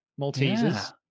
Maltesers